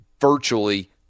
virtually